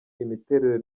imiterere